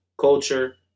culture